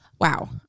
wow